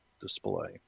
display